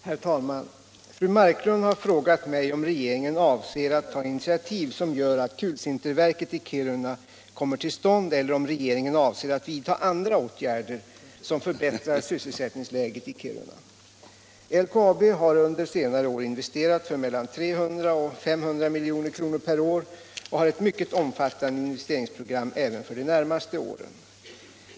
Herr talman! Fru Marklund har frågat mig om regeringen avser att ta initiativ som gör att kulsinterverket i Kiruna kommer till stånd, eller om regeringen avser att vidta andra åtgärder som förbättrar sysselsättningsläget i Kiruna. LKAB har under senare år investerat för mellan 300 och 500 milj.kr. per år och har ett mycket omfattande investeringsprogram även för de närmaste åren.